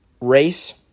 race